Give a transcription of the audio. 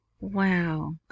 wow